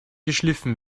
geschliffen